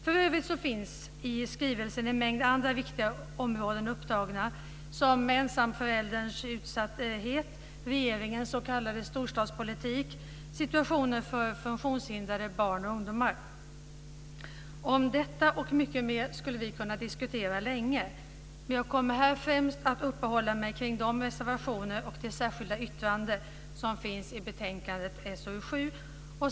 För övrigt finns i skrivelsen en mängd andra viktiga områden upptagna, som ensamförälderns utsatthet, regeringens s.k. storstadspolitik och situationen för funktionshindrade barn och ungdomar. Om detta och mycket mer skulle vi kunna diskutera länge, men jag kommer här att främst uppehålla mig kring de reservationer och det särskilda yttrande som finns i betänkandet SoU7.